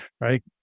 right